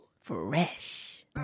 Fresh